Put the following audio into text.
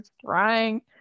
trying